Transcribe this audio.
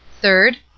Third